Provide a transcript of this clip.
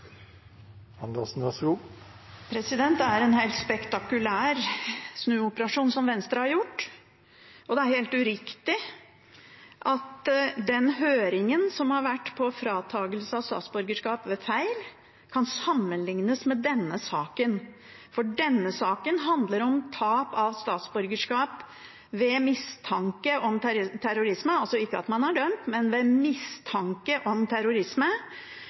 helt uriktig at den høringen som har vært om fratakelse av statsborgerskap ved feil, kan sammenliknes med denne saken. Denne saken handler om tap av statsborgerskap ved mistanke om terrorisme – altså ikke at man er dømt, men ved mistanke om terrorisme